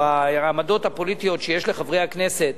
או העמדות הפוליטיות שיש לחברי הכנסת,